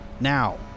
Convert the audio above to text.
now